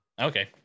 okay